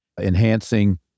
enhancing